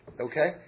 okay